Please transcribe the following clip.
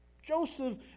Joseph